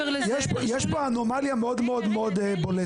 יש פה אנומליה מאוד בולטת.